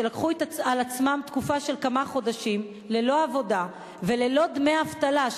שלקחו על עצמם תקופה של כמה חודשים ללא עבודה וללא דמי אבטלה,